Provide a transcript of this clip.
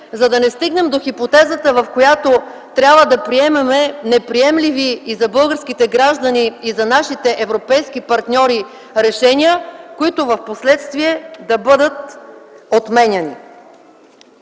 за да не стигнем до хипотезата, при която трябва да приемем неприемливи и за българските граждани, и за нашите европейски партньори решения, които впоследствие да бъдат отменяни?